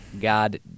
God